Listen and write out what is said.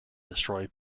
destroy